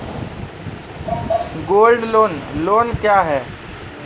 Gold loan loan क्या हैं?